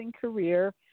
career